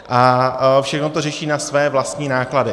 A všechno to řeší na své vlastní náklady.